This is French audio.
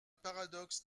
paradoxe